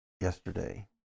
yesterday